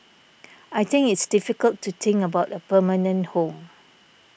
I think it's difficult to think about a permanent home